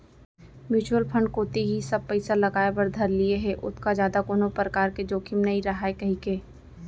mutual fund कोती ही सब पइसा लगाय बर धर लिये हें ओतका जादा कोनो परकार के जोखिम नइ राहय कहिके